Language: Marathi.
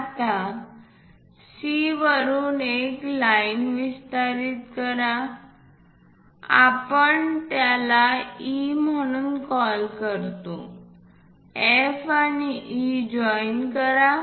आता C वरून एक ओळ विस्तारित करा आपण याला E म्हणून कॉल करतो F आणि E जॉईन करा